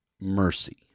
Mercy